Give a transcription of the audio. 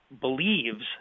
believes